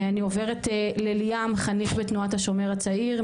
אני עוברת לליאם חניך בתנועת השומר הצעיר,